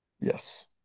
yes